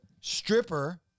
stripper